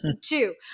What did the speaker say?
Two